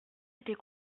était